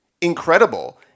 incredible